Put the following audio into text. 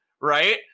right